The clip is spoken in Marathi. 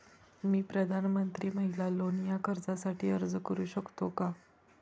मी प्रधानमंत्री महिला लोन या कर्जासाठी अर्ज करू शकतो का?